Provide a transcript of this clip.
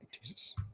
Jesus